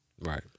Right